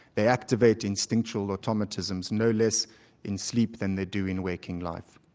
they activate instinctual automatisms no less in sleep than they do in waking life.